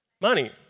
money